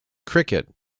cricket